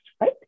right